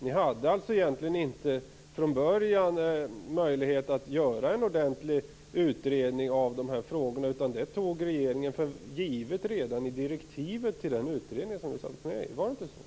Ni hade alltså från början egentligen ingen möjlighet att göra en ordentlig utredning av de här frågorna, utan detta tog regeringen för givet redan i direktiven till utredningen. Var det inte så?